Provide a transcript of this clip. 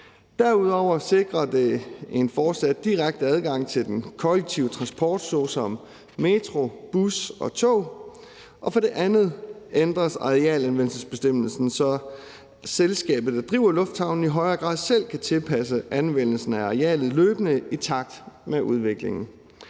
Derudover sikrer det en fortsat direkte adgang til den kollektive transport såsom metro, bus og tog. For det andet ændres arealanvendelsesbestemmelsen, så selskabet, der driver lufthavnen, i højere grad selv kan tilpasse anvendelsen af arealet løbende i takt med udviklingen.